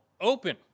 open